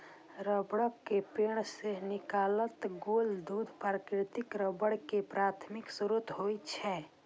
रबड़क पेड़ सं निकालल गेल दूध प्राकृतिक रबड़ के प्राथमिक स्रोत होइ छै